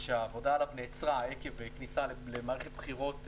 ושהעבודה עליו נעצרה עקב כניסה למערכת בחירות,